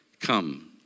come